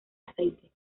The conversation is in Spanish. aceite